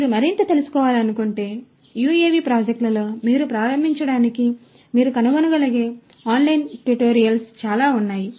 మీరు మరింత తెలుసుకోవాలనుకుంటే యుఎవి ప్రాజెక్టులలో మీరు ప్రారంభించడానికి మీరు కనుగొనగలిగే ఆన్లైన్ ట్యుటోరియల్స్ చాలా ఉన్నాయి